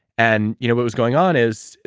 and you know what was going on is,